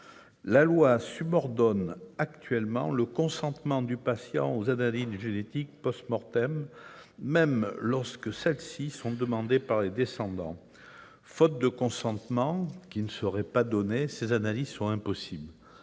La loi subordonne actuellement au consentement du patient les analyses génétiques, même lorsque celles-ci sont demandées par les descendants. Faute de ce consentement, ces analyses sont impossibles.